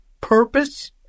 purpose